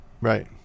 Right